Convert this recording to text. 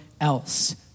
else